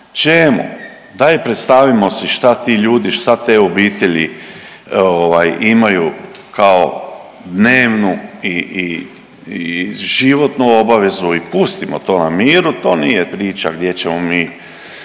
čemu, daj predstavimo si šta ti ljudi, šta te obitelji ovaj imaju kao dnevnu i, i, i životnu obavezu i pustimo to na miru, to nije priča gdje ćemo mi